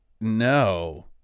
no